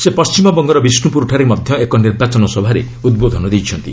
ସେ ପଣ୍ଢିମବଙ୍ଗର ବିଷ୍ଣୁପୁରଠାରେ ମଧ୍ୟ ଏକ ନିର୍ବାଚନ ସଭାରେ ଉଦ୍ବୋଧନ ଦେଇଛନ୍ତି